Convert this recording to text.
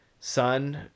Son